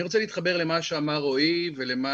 אני רוצה להתחבר למה שאמר רועי ולמה